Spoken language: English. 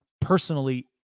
personally